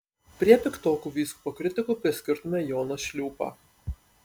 prie piktokų vyskupo kritikų priskirtume joną šliūpą